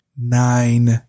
nine